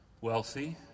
wealthy